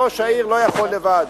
ראש העיר לא יכול לבד,